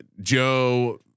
Joe